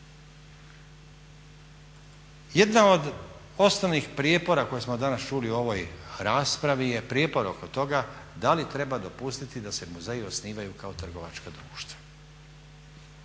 Jedna od osnovnih prijepora koje smo danas čuli u ovoj raspravi je prijepor oko toga da li treba dopustiti da se muzeji osnivaju kao trgovačka društva.